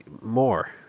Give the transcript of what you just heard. more